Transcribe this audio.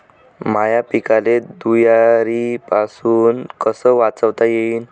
माह्या पिकाले धुयारीपासुन कस वाचवता येईन?